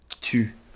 Tu